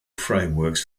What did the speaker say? frameworks